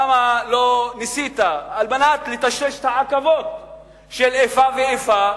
למה לא ניסית על מנת לטשטש את העקבות של מעשי איפה ואיפה,